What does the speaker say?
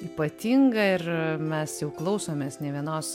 ypatinga ir mes jau klausomės ne vienos